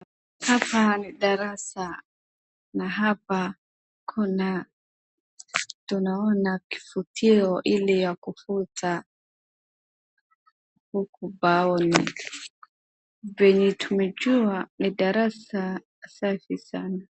Hapa ni darasa na hapa tunaona kifutio ili ya kufuta huku ubaoni, venye tumejua ni darasa safi sana.